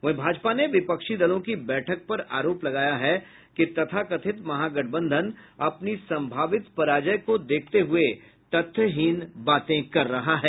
वहीं भाजपा ने विपक्षी दलों की बैठक पर आरोप लगाया है कि तथाकथित महागठबंधन अपनी संभावित पराजय को देखते हुए तथ्यहीन बातें कर रहा है